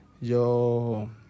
Yo